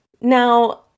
Now